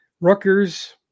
Rutgers